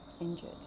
injured